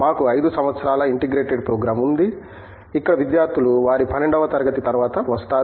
మాకు 5 సంవత్సరాల integrated program ఉంది ఇక్కడ విద్యార్థులు వారి 12 వ తరగతి తర్వాత వస్తారు